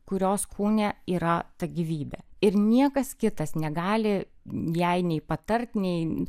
kurios kūne yra ta gyvybė ir niekas kitas negali jai nei patarti nei